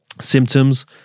symptoms